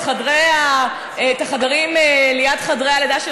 את החדרים ליד חדרי הלידה,